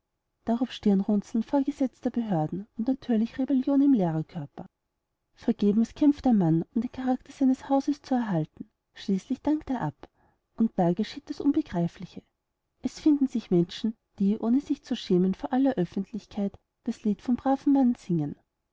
stirnrunzeln vorgesetzter behörden und natürlich rebellionen im lehrkörper vergebens kämpft der mann um den charakter seines hauses zu erhalten schließlich dankt er ab und da geschieht das unbegreifliche es finden sich menschen die ohne sich zu schämen vor aller öffentlichkeit das lied vom braven mann singen